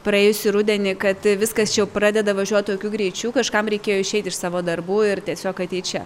praėjusį rudenį kad viskas čia jau pradeda važiuot tokiu greičiu kažkam reikėjo išeiti iš savo darbų ir tiesiog ateit čia